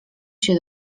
się